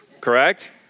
Correct